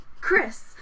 Chris